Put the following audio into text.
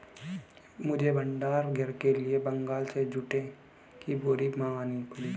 मुझे भंडार घर के लिए बंगाल से जूट की बोरी मंगानी पड़ी